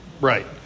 Right